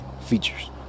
features